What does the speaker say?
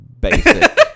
basic